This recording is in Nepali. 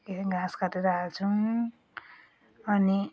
यहीँ घास काटेर हाल्छौँ अनि